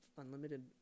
Unlimited